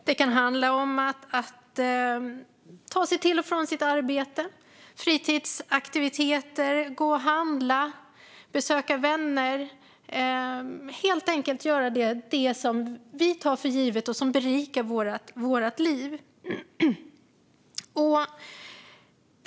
Det kan handla om att ta sig till och från sitt arbete eller fritidsaktiviteter, gå och handla, besöka vänner - helt enkelt göra det som vi tar för givet och som berikar våra liv.